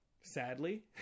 sadly